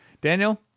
daniel